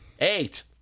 Eight